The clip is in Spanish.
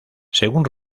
según